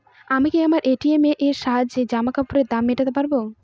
আমি কি আমার এ.টি.এম এর সাহায্যে জামাকাপরের দাম মেটাতে পারব?